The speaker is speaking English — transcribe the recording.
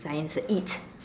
Zion's a it